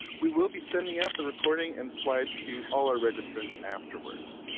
we will be sending out the recording and slides to all ah registrants afterwards.